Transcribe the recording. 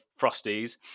Frosties